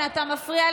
היא מסתדרת.